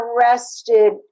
arrested